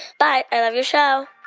bye. i love your show